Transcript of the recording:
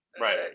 right